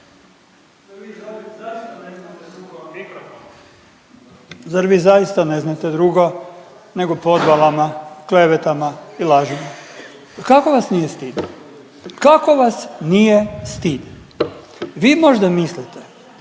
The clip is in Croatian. Zar vi zaista ne znate drugo nego podvalama, klevetama i lažima. Kako vas nije stid? Kako vas nije stid? Vi možda mislite